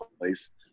place